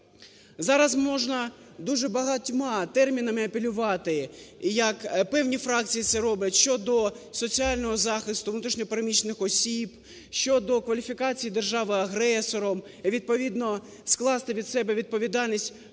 Зараз можна дуже багатьма термінами апелювати, як певні фракції це роблять, щодо соціального захисту внутрішньо переміщених осіб, щодо кваліфікації держави агресором, відповідно скласти від себе відповідальність,